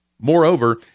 Moreover